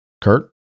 Kurt